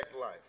life